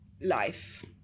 life